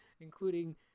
including